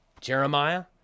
Jeremiah